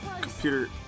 computer